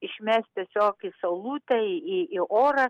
išmest tiesiog į saulutę į į orą